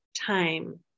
time